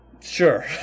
Sure